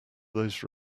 those